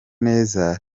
neza